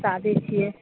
शादी छियै